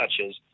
touches